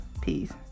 Peace